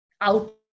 out